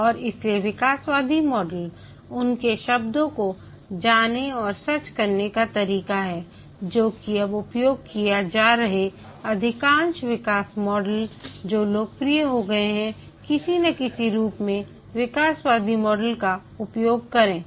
और इसलिए विकासवादी मॉडल उनके शब्दों को जाने और सच करने का तरीका है जो कि अब उपयोग किए जा रहे अधिकांश विकास मॉडल जो लोकप्रिय हो गए हैं किसी न किसी रूप में विकासवादी मॉडल का उपयोग करें